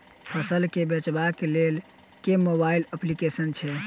फसल केँ बेचबाक केँ लेल केँ मोबाइल अप्लिकेशन छैय?